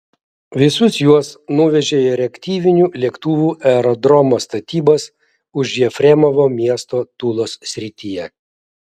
visus juos nuvežė į reaktyvinių lėktuvų aerodromo statybas už jefremovo miesto tulos srityje